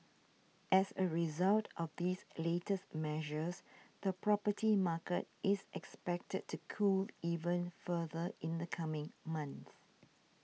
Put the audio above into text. as a result of these latest measures the property market is expected to cool even further in the coming months